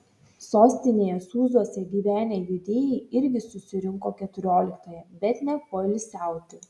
sostinėje sūzuose gyvenę judėjai irgi susirinko keturioliktąją bet ne poilsiauti